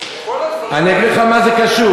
כל הדברים האלה, אני אגיד לך מה זה קשור.